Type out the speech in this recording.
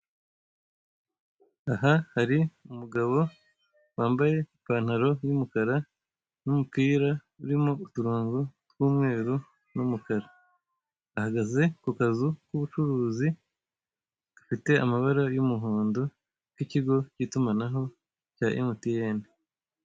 Aha hari umugabo wambaye ipantaro y'umukara n'umupira urimo uturongo tw'umweru n'umukara. Ahagaze ku kazu k'ubucuruzi, gafite amabara y'umuhondo, k'ikigo cy'itumanaho cya emutiyeni.